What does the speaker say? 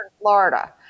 Florida